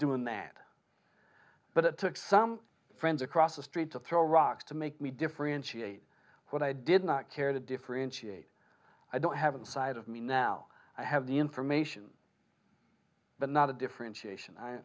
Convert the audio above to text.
doing that but it took some friends across the street to throw rocks to make me differentiate what i did not care to differentiate i don't have inside of me now i have the information but not a differentiation i